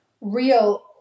real